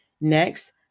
Next